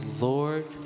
Lord